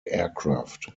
aircraft